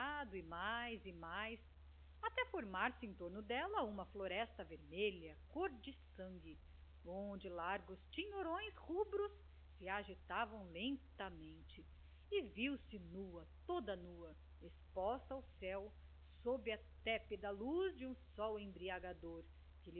e mais e mais até formar-se em torno dela uma floresta vermelha cor de sangue onde largos tinhorões rubros se agitavam lentamente e viu-se nua toda nua exposta ao céu sob a tépida luz de um sol embriagador que